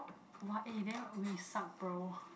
!wah! eh then we suck bro